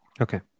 Okay